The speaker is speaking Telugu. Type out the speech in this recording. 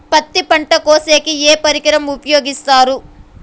పత్తి పంట కోసేకి ఏ పరికరం ఉపయోగిస్తారు?